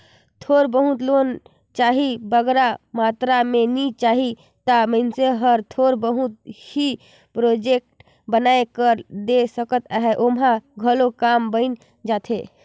थोर बहुत लोन चाही बगरा मातरा में नी चाही ता मइनसे हर थोर बहुत ही प्रोजेक्ट बनाए कर दे सकत हे ओम्हां घलो काम बइन जाथे